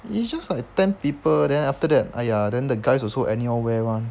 it's just like ten people then after that !aiya! then the guys also anyhow wear [one]